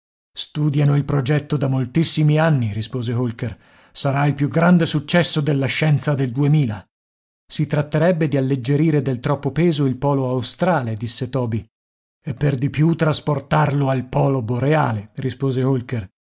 studiano il progetto da moltissimi anni rispose holker sarà il più grande successo della scienza del duemila si tratterebbe di alleggerire del troppo peso il polo australe disse toby e per di più trasportarlo al polo boreale rispose holker